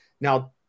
Now